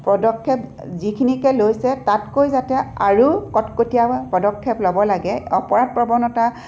পদক্ষেপ যিখিনিকে লৈছে তাতকৈ যাতে আৰু কটকটীয়া পদক্ষেপ ল'ব লাগে অপৰাধ প্ৰৱণতা